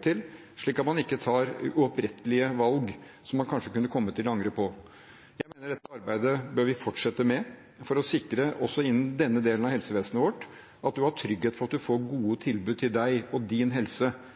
tar, slik at man ikke tar uopprettelige valg som man kanskje kunne komme til å angre på. Dette arbeidet bør vi fortsette med for å sikre – også innen denne delen av helsevesenet vårt – at man har trygghet for at man får gode